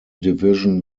division